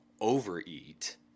overeat